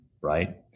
Right